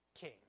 king